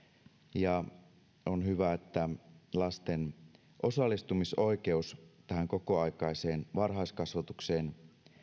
ja on hyvä että lasten osallistumisoikeus tähän kokoaikaiseen varhaiskasvatukseen